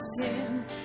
sin